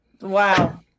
Wow